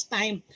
time